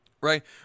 right